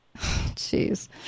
Jeez